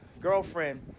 girlfriend